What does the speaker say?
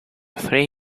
three